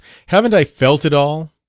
haven't i felt it all?